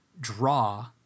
draw